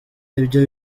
ibyo